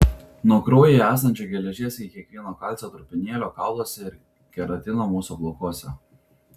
nuo kraujyje esančio geležies iki kiekvieno kalcio trupinėlio kauluose ir keratino mūsų plaukuose